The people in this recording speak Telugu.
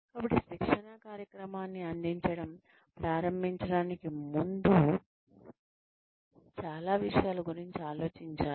కాబట్టి శిక్షణా కార్యక్రమాన్ని అందించడం ప్రారంభించడానికి ముందు చాలా విషయాల గురించి ఆలోచించాలి